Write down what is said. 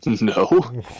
no